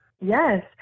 Yes